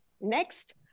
Next